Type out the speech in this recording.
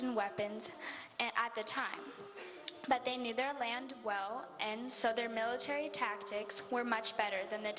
in weapons at the time but they knew their land well and so their military tactics were much better than the